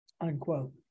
unquote